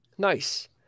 Nice